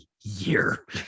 year